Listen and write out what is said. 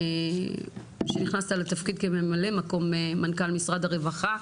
שנכנסת לתפקיד כמ"מ מנכ"ל משרד הרווחה.